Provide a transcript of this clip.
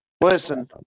listen